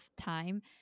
time